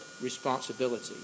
responsibility